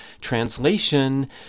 Translation